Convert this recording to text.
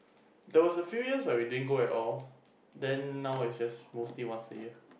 there was a few years when we didn't go at all then now is just mostly once a year